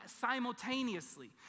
simultaneously